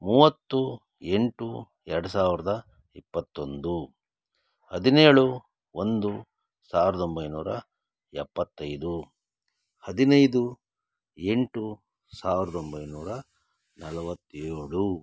ಮೂವತ್ತು ಎಂಟು ಎರಡು ಸಾವಿರದ ಇಪ್ಪತ್ತೊಂದು ಹದಿನೇಳು ಒಂದು ಸಾವಿರದ ಒಂಬೈನೂರ ಎಪ್ಪತ್ತೈದು ಹದಿನೈದು ಎಂಟು ಸಾವಿರದ ಒಂಬೈನೂರ ನಲವತ್ತೇಳು